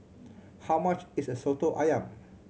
how much is Soto Ayam